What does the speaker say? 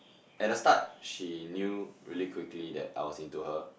at the start she knew really quickly that I was into her